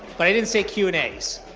but i didn't say q and a's.